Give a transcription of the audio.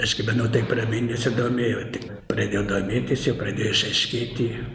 aš gyvenau taip ramiai nesidomėjau tik pradėjau domėtis jau pradėjo išaiškėti